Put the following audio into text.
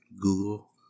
Google